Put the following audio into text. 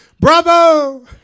Bravo